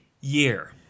year